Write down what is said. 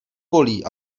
bolí